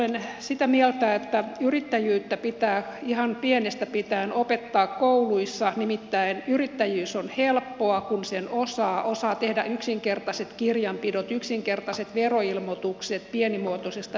olen sitä mieltä että yrittäjyyttä pitää ihan pienestä pitäen opettaa kouluissa nimittäin yrittäjyys on helppoa kun sen osaa osaa tehdä yksinkertaiset kirjanpidot yksinkertaiset veroilmoitukset pienimuotoisesta yritystoiminnasta